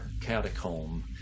catacomb